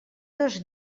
dos